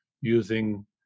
using